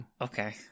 Okay